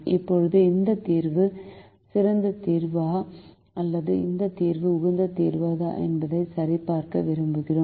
இப்போது இந்த தீர்வு சிறந்த தீர்வா அல்லது இந்த தீர்வு உகந்த தீர்வா என்பதை சரிபார்க்க விரும்புகிறோம்